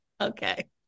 Okay